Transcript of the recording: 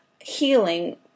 healing